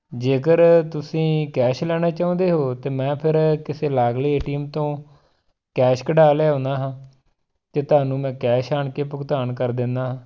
ਜੇਕਰ ਤੁਸੀਂ ਕੈਸ਼ ਲੈਣਾ ਚਾਹੁੰਦੇ ਹੋ ਤਾਂ ਮੈਂ ਫਿਰ ਕਿਸੇ ਲਾਗਲੇ ਏ ਟੀ ਐੱਮ ਤੋਂ ਕੈਸ਼ ਕਢਾ ਲਿਆਉਂਦਾ ਹਾਂ ਅਤੇ ਤੁਹਾਨੂੰ ਮੈਂ ਕੈਸ਼ ਆਣ ਕੇ ਭੁਗਤਾਨ ਕਰ ਦੇਨਾ